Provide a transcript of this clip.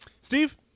Steve